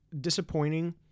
disappointing